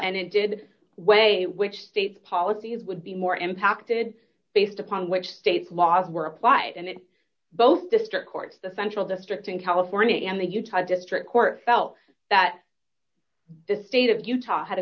and it did way which states policies would be more impacted based upon which state laws were applied and it both district courts the central district in california and the utah district court felt that the state of utah had a